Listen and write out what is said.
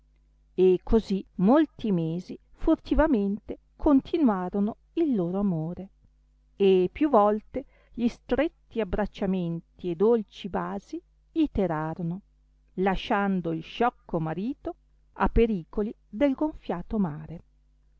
e così molti mesi furtivamente continuarono il loro amore e più volte gli stretti abbracciamenti e dolci basi iterarono lasciando il sciocco marito a pericoli del gonfiato mare